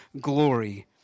glory